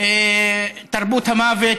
תרבות המוות,